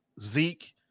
Zeke